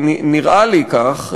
נראה לי כך,